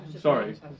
Sorry